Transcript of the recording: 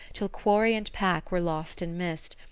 till quarry and pack were lost in mist,